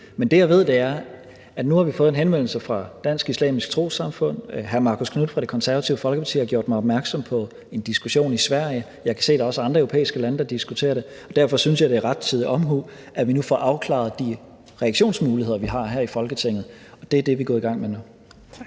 Men det, jeg ved, er, at vi nu har fået en henvendelse fra Dansk Islamisk Trossamfund, og hr. Marcus Knuth fra Det Konservative Folkeparti har gjort mig opmærksom på en diskussion i Sverige, og jeg kan se, at der også er andre europæiske lande, der diskuterer det, og derfor synes jeg, det er rettidig omhu, at vi nu får afklaret de reaktionsmuligheder, vi har her i Folketinget, og det er det, vi er gået i gang med nu.